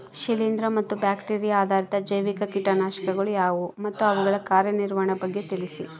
ಶಿಲೇಂದ್ರ ಮತ್ತು ಬ್ಯಾಕ್ಟಿರಿಯಾ ಆಧಾರಿತ ಜೈವಿಕ ಕೇಟನಾಶಕಗಳು ಯಾವುವು ಮತ್ತು ಅವುಗಳ ಕಾರ್ಯನಿರ್ವಹಣೆಯ ಬಗ್ಗೆ ತಿಳಿಸಿ?